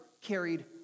carried